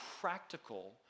practical